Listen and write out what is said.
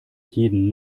jeden